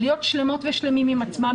להיות שלמות ושלמים עם עצמם,